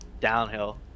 Downhill